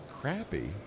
crappy